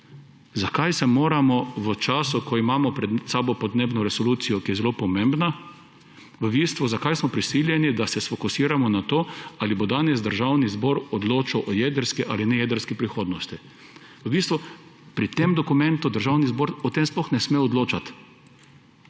zakaj se moramo v času, ko imamo pred sabo podnebno resolucijo, ki je zelo pomembna, v bistvu zakaj smo prisiljeni, da se fokusiramo na to, ali bo danes Državni zbor odločal o jedrski ali nejedrski prihodnosti. V bistvu pri tem dokumentu Državni zbor o tem sploh ne sme odločati.